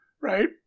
right